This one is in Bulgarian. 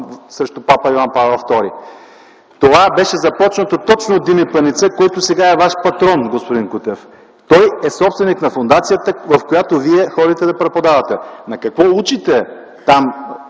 срещу папа Йоан Павел ІІ. Това беше започнато точно от Дими Паница, който сега е Ваш патрон, господин Кутев! Той е собственик на фондацията, в която Вие ходите да преподавате. На какво учите там